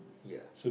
yeah